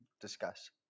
discuss